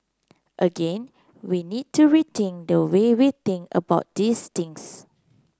again we need to rethink the way we think about these things